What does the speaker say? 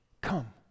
come